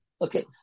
Okay